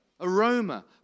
aroma